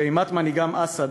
שאימת מנהיגם אסד,